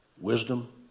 Wisdom